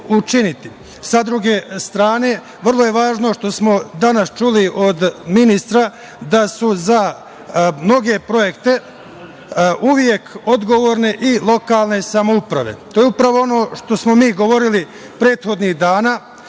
druge strane, vrlo je važno što smo danas čuli od ministra da su za mnoge projekte uvek odgovorne i lokalne samouprave. To je upravo ono što smo mi govorili prethodnih dana